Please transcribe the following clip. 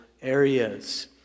areas